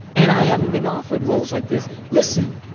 and i haven't been offered roles like this. listen.